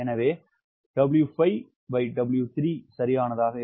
எனவே 𝑊5𝑊3 சரியானதாக இருக்கும